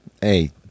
Hey